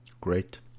Great